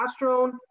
testosterone